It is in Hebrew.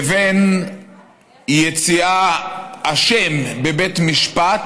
לבין יציאה אשם בבית משפט